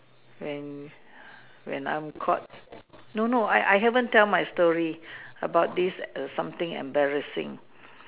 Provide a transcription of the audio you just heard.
when when I'm caught no no I I haven't tell my story about this something embarrassing